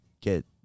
get